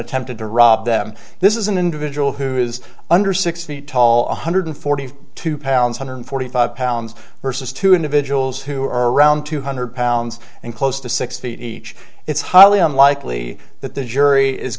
attempted to rob them this is an individual who is under six feet tall one hundred forty two pounds hundred forty five pounds versus two individuals who are around two hundred pounds and close to sixty each it's highly unlikely that the jury is